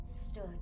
stood